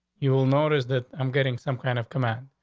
you will notice that i'm getting some kind of command.